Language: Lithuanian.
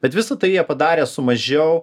bet visa tai jie padarė su mažiau